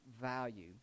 value